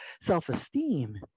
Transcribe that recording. Self-esteem